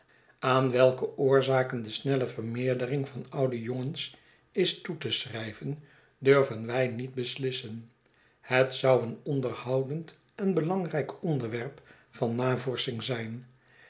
aan welke oorzaken de snelle vermeerdering van oude jongens is toe te schryven durven wy niet beslissen het zou een onderhoudend en belangrijk onderwerp van navorsching zijn